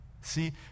See